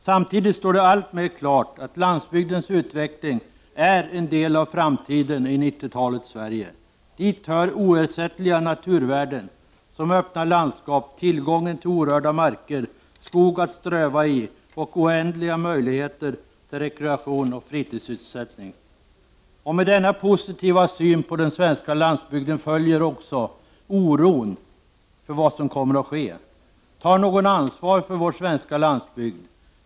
Samtidigt står det alltmer klart att landsbygdens utveckling är en del av framtiden i 90-talets Sverige. Dit hör oersättliga naturvärden som öppna landskap, tillgången till orörda marker, skog att ströva i och oändliga möjligheter till rekreation och fritidssysselsättning. Med denna positiva syn på den svenska landsbygden följer också oron för vad som kommer att ske. Tar någon ansvar för vår svenska landsbygd?